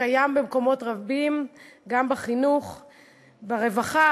שקיים במקומות רבים גם בחינוך וברווחה,